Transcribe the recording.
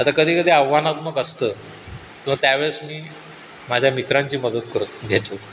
आता कधी कधी आव्हानात्मक असतं मग त्यावेळेस मी माझ्या मित्रांची मदत कर घेतो